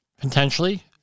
potentially